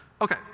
Okay